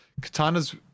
katana's